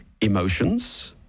emotions